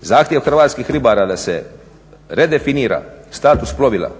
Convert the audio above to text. zahtjev hrvatskih ribara da se redefinira status plovila